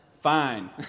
fine